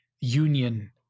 union